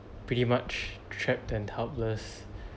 pretty much trapped and helpless